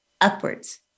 upwards